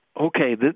okay